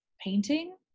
painting